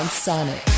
Sonic